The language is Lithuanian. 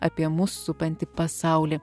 apie mus supantį pasaulį